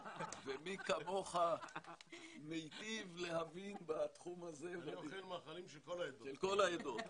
ומי כמוך מיטיב להבין בתחום הזה -- אני אוכל מאכלים של כל העדות.